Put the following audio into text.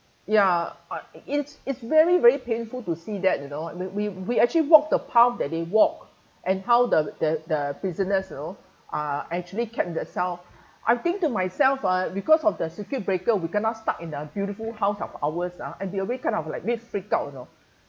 ya it's it's very very painful to see that you know we we actually walked the path that they walked and how the the the prisoners you know uh actually kept their selves I think to myself ah because of the circuit breaker we kena stuck in our beautiful house of ours ah and we already kind of like a bit freak out you know